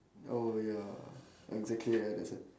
oh ya exactly ah that's why